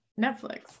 Netflix